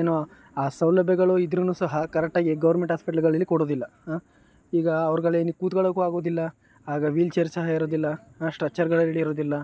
ಏನು ಆ ಸೌಲಭ್ಯಗಳು ಇದ್ದರೂ ಸಹ ಕರೆಕ್ಟಾಗಿ ಗೌರ್ಮೆಂಟ್ ಆಸ್ಪೆಟ್ಲ್ಗಳಲ್ಲಿ ಕೊಡುವುದಿಲ್ಲ ಈಗ ಅವ್ರ್ಗಳೇನು ಕೂತ್ಕೊಳ್ಳೋಕ್ಕೂ ಆಗುವುದಿಲ್ಲ ಆಗ ವ್ಹೀಲ್ ಚೇರ್ ಸಹ ಇರುವುದಿಲ್ಲ ಸ್ಟ್ರೆಚ್ಚರ್ಗಳು ರೆಡಿ ಇರುವುದಿಲ್ಲ